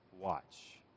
watch